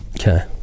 Okay